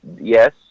yes